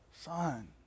son